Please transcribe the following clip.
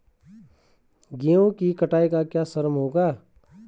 गेहूँ की कटाई का क्या श्रम होगा?